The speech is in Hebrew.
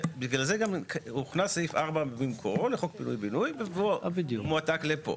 בגלל זה גם הוכנס סעיף 4 במקורו לחוק פינוי ובינוי והוא מועתק לפה.